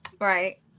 Right